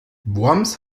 worms